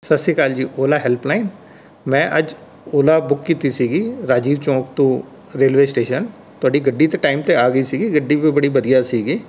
ਸਤਿ ਸ਼੍ਰੀ ਅਕਾਲ ਜੀ ਓਲਾ ਹੈਲਪਲਾਇਨ ਮੈਂ ਅੱਜ ਓਲਾ ਬੁੱਕ ਕੀਤੀ ਸੀਗੀ ਰਾਜੀਵ ਚੌਕ ਤੋਂ ਰੇਲਵੇ ਸਟੇਸ਼ਨ ਤੁਹਾਡੀ ਗੱਡੀ ਤਾਂ ਟਾਇਮ 'ਤੇ ਆ ਗਈ ਸੀਗੀ ਗੱਡੀ ਵੀ ਬੜੀ ਵਧੀਆ ਸੀਗੀ